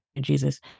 Jesus